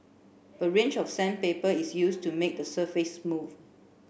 a range of sandpaper is used to make the surface smooth